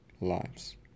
lives